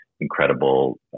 Incredible